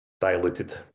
diluted